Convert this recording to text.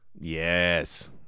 Yes